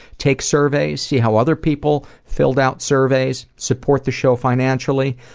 take surveys, see how other people filled out surveys, support the show financially,